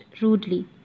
rudely